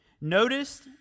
Notice